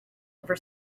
over